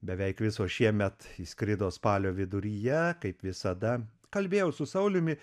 beveik visos šiemet įšskrido spalio viduryje kaip visada kalbėjau su sauliumi